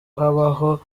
habaho